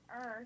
earth